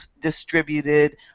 distributed